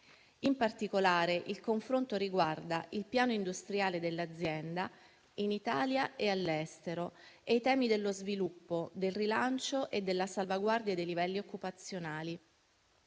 In particolare, il confronto riguarda il piano industriale dell'azienda in Italia e all'estero e i temi dello sviluppo, del rilancio e della salvaguardia dei livelli occupazionali.